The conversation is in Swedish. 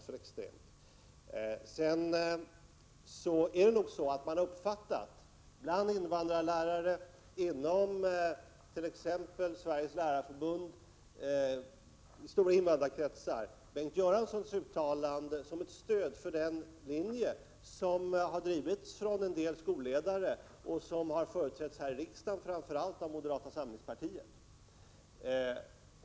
Sedan är det nog så, att t.ex. invandrarlärare, Sveriges lärarförbund och stora invandrargrupper har uppfattat Bengt Göranssons uttalande som ett stöd för den linje som en del skolledare har förespråkat och som företrätts här iriksdagen av framför allt moderaterna.